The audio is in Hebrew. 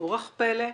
אורח פלא,